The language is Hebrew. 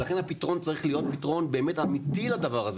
ולכן הפתרון צריך להיות פתרון באמת אמיתי לדבר הזה.